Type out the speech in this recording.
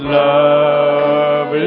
love